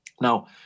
Now